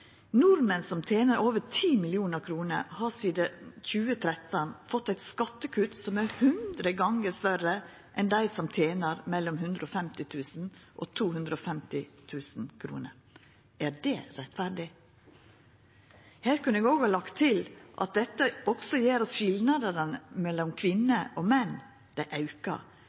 Nordmenn som tener over 10 mill. kr, har sidan 2013 fått eit skattekutt som er 100 gonger større enn det som dei som tener mellom 150 000 kr og 250 000 kr, har fått. Er det rettferdig? Her kunne eg òg ha lagt til at dette også gjer at skilnadene mellom kvinner og menn aukar,